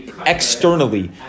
externally